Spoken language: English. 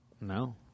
No